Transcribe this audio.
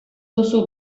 duzu